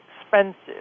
expensive